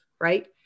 Right